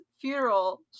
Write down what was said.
funeral